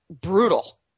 brutal